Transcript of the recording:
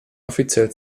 offiziell